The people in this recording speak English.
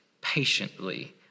patiently